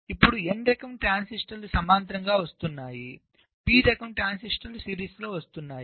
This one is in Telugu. ఇప్పుడు n రకం ట్రాన్సిస్టర్లు సమాంతరంగా వస్తున్నాయి p రకం ట్రాన్సిస్టర్లు సిరీస్లో వస్తున్నాయి